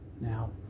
Now